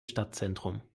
stadtzentrum